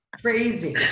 Crazy